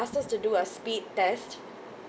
asked us to do a speed test